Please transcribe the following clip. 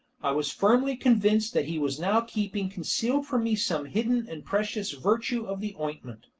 i was firmly convinced that he was now keeping concealed from me some hidden and precious virtue of the ointment.